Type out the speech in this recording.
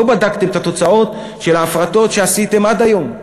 לא בדקתם את התוצאות של ההפרטות שעשיתם עד היום.